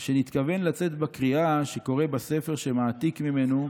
שנתכוון לצאת בקריאה שקורא בספר שמעתיק ממנו,